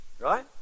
right